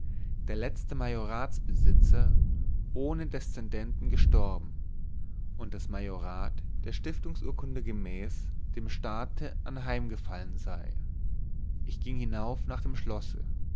der letzte majoratsbesitzer ohne deszendenten gestorben und das majorat der stiftungsurkunde gemäß dem staate anheimgefallen sei ich ging hinauf nach dem schlosse